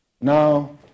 now